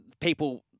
people